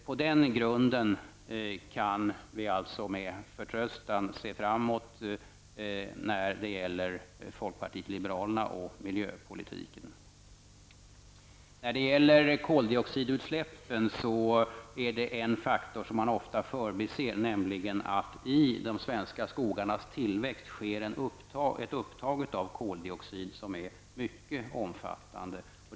På den grunden kan vi alltså med förtröstan se framåt när det gäller folkpartiet liberalernas miljöpolitik. När vi talar om koldioxidutsläppen är det en faktor som man ofta förbiser, nämligen att i de svenska skogarnas tillväxt sker ett upptag av koldioxid som är mycket omfattande.